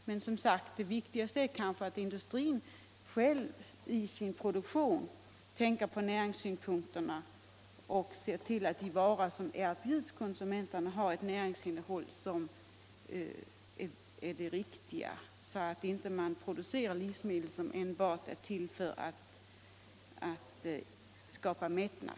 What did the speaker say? Men det viktigaste är kanske, som sagt, att industrin själv i sin produktion tänker på näringssynpunkterna och ser till att de varor som erbjuds konsumenterna har ett riktigt näringsinnehåll, alltså inte bara producerar livsmedel som enbart är till för att skapa mättnad.